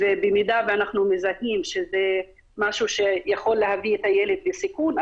במידה ואנחנו מזהים שזה משהו שיכול להביא את הילד לסיכון,